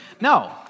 no